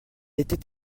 était